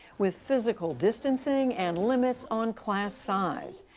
with physical distancing and limits on class size.